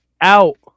out